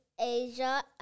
Asia